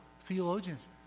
theologians